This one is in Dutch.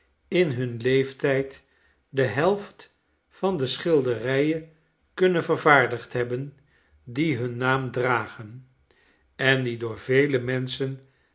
in hun leeftijd de helft van de schilderijen kunnen vervaardigd hebben die hun naam dragen en die door vele menschen